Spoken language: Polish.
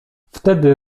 wtedy